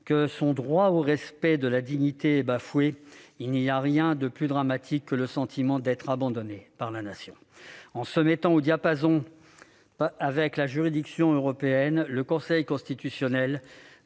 que son droit à la dignité est bafoué, il n'y a rien de plus dramatique que le sentiment d'être abandonné par la Nation. En se mettant au diapason de la juridiction européenne, le Conseil constitutionnel,